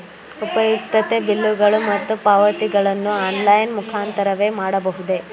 ಉಪಯುಕ್ತತೆ ಬಿಲ್ಲುಗಳು ಮತ್ತು ಪಾವತಿಗಳನ್ನು ಆನ್ಲೈನ್ ಮುಖಾಂತರವೇ ಮಾಡಬಹುದೇ?